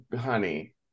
Honey